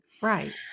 Right